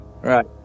Right